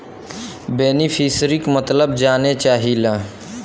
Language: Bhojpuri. बेनिफिसरीक मतलब जाने चाहीला?